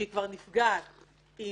שזה נפגע עם